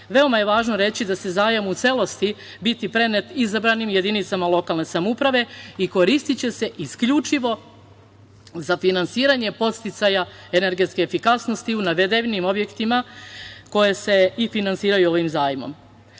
veoma je važno reći da će zajam u celosti biti prenet izabranim jedinicama lokalne samouprave i koristiće se isključivo za finansiranje podsticaja energetske efikasnosti u navedenim objektima koje se i finansiraju ovim zajmom.